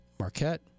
Marquette